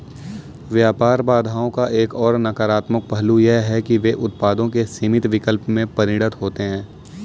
व्यापार बाधाओं का एक और नकारात्मक पहलू यह है कि वे उत्पादों के सीमित विकल्प में परिणत होते है